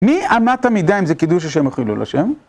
מי אמת המידה אם זה קידוש השם או חילול השם